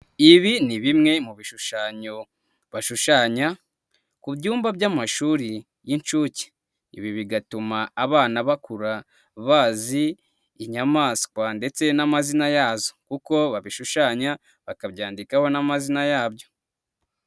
Ibi ni bimwe mu bishushanyo bashushanya, ku byumba by'amashuri y'inshuke. Ibi bigatuma abana bakura bazi inyamaswa ndetse n'amazina yazo, kuko babishushanya bakabyandikaho n'amazina yabyo.